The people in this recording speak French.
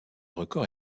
record